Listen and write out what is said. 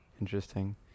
interesting